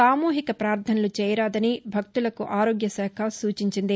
సామూహిక ప్రార్థనలు చేయరాదని భక్తులకు ఆరోగ్యశాఖ సూచించింది